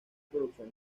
producción